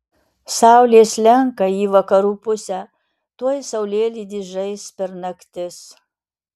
saulė slenka į vakarų pusę tuoj saulėlydis žais per naktis